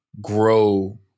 grow